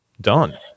done